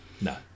No